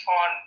on